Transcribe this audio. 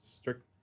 Strict